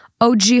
OG